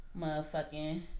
motherfucking